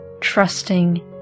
trusting